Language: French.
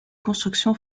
construction